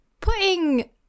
Putting